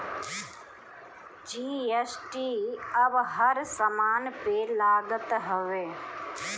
GST अब हर समान पे लागत हवे